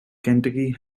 kentucky